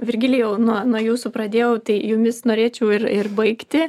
virgilijau nuo nuo jūsų pradėjau tai jumis norėčiau ir ir baigti